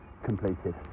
completed